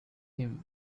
him